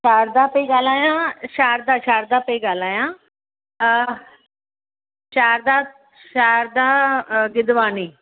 शारदा पई ॻाल्हायां शारदा शारदा शारद पई ॻाल्हायां शारदा शारदा गिदवानी